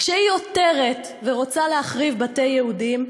כשהיא עותרת ורוצה להחריב בתי יהודים,